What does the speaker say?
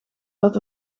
dat